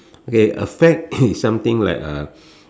okay a fad is something like a